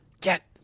Get